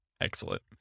Excellent